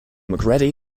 macready